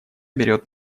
берет